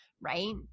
right